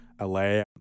LA